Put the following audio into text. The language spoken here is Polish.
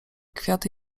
kwiaty